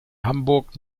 hamburg